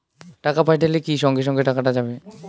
টাকা পাঠাইলে কি সঙ্গে সঙ্গে টাকাটা যাবে?